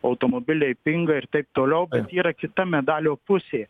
automobiliai pinga ir taip toliau bet yra kita medalio pusė